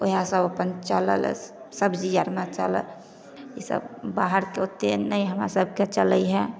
ओहए सभ अपन चलल सब्जी आरमे चलल ई सभ बाहरके ओते नहि हमरा सभके चलै हइ